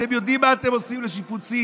אתם יודעים מה אתם עושים לשיפוצים?